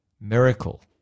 miracle